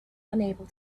unable